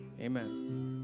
Amen